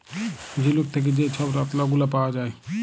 ঝিলুক থ্যাকে যে ছব রত্ল গুলা পাউয়া যায়